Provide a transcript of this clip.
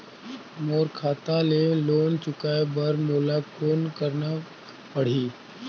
मोर खाता ले लोन चुकाय बर मोला कौन करना पड़ही?